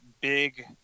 big